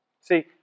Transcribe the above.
see